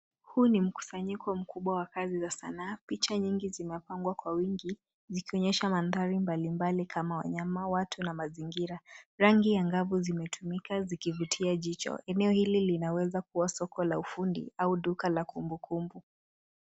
Huu ni mkusanyiko mkubwa wa kazi za sanaa. Picha nyingi zimepangwa kwa wingi zikionyesha mandhari mbali mbali kama wanyama, watu na mazingira. Rangi angavu zimetumika zikivutia jicho. Eneo hili linaweza kuwa soko la ufundi au duka la kumbukumbu.